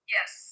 Yes